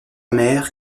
mère